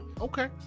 Okay